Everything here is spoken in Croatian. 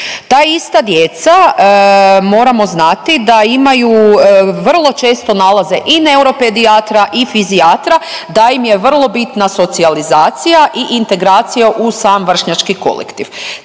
Ta ista djeca moramo znati da imaju vrlo često nalaze i neuropedijatra i fizijatra, da im je vrlo bitna socijalizacija i integracija u sam vršnjački kolektiv.